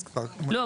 לא,